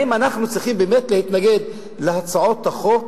האם אנחנו צריכים באמת להתנגד להצעות החוק